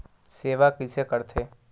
सेवा कइसे करथे?